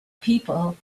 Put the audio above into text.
people